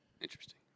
Interesting